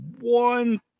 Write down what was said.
one